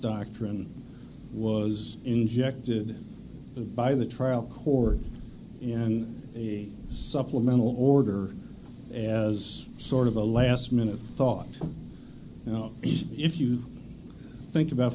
doctrine was injected by the trial court and a supplemental order as sort of a last minute thought you know he's if you think about